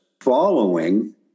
following